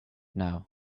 now